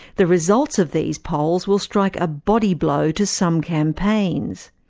the results of these polls will strike a body blow to some campaigns.